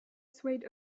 swayed